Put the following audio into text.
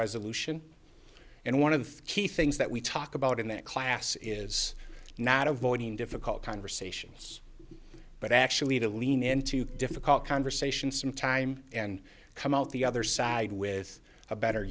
resolution and one of the key things that we talk about in that class is not avoiding difficult conversations but actually to lean into difficult conversations some time and come out the other side with a better